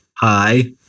Hi